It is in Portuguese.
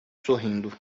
sorrindo